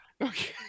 Okay